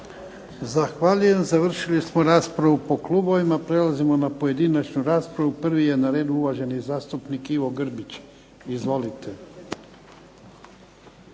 Zahvaljujem. Završili smo raspravu po klubovima, prelazimo na pojedinačnu raspravu. Prvi je na redu uvaženi zastupnik Ivo Grbić. Izvolite.